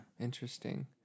Interesting